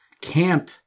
camp